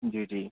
جی جی